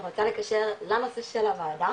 אני רוצה לקשר, למה זה של הוועדה,